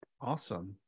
Awesome